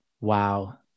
wow